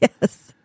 Yes